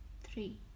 three